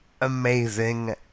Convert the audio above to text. amazing